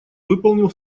выполнил